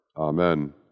Amen